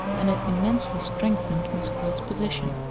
and has immensely strengthened miss gwilt's position.